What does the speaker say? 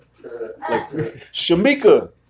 Shamika